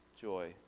joy